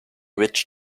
which